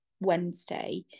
Wednesday